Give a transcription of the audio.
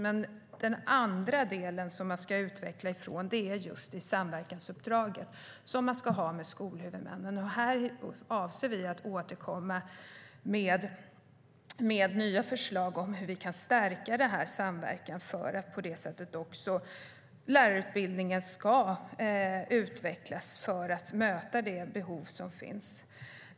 En annan del som man ska utveckla detta från är samverkansuppdraget som man ska ha med skolhuvudmännen. Här avser vi att återkomma med nya förslag om hur vi kan stärka samverkan för att lärarutbildningen på det sättet ska utvecklas för att möta de behov som finns.